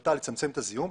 ומטרתה לצמצם את הזיהום.